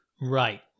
Right